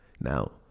Now